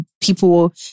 people